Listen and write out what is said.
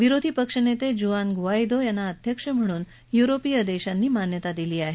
विरोधी पक्षनेते Juan Guaido यांना अध्यक्ष म्हणून युरोपीय देशांनी मान्यता दिली आहे